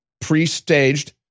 pre-staged